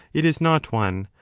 it is not one,